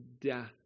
death